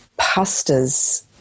pastas